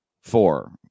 four